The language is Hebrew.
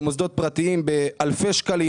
במוסדות פרטיים באלפי שקלים.